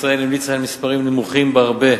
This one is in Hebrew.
ישראל המליצה על מספרים נמוכים בהרבה